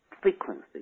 frequency